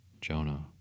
Jonah